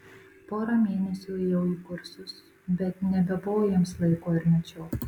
porą mėnesių ėjau į kursus bet nebebuvo jiems laiko ir mečiau